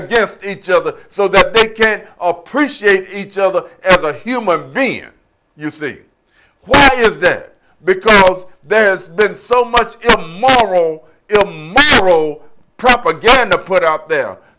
against each other so that they can appreciate each other as a human being you see is that because there's been so much roll roll propaganda put out there